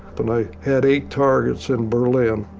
and i had eight targets in berlin.